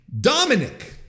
Dominic